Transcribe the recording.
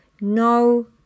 no